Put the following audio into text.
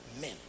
Men